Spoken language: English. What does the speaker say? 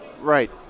right